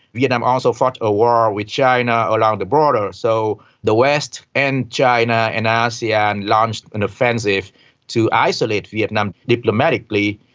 vietnam also fought a war with china along the border, so the west and china and asean launched an offensive to isolate vietnam diplomatically,